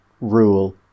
rule